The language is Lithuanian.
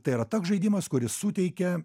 tai yra toks žaidimas kuris suteikia